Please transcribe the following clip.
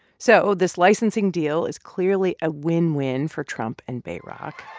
so this licensing deal is clearly a win-win for trump and bayrock